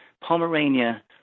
Pomerania